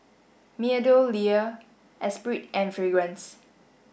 MeadowLea Espirit and Fragrance